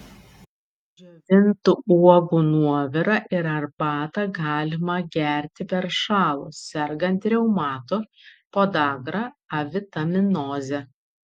džiovintų uogų nuovirą ir arbatą galima gerti peršalus sergant reumatu podagra avitaminoze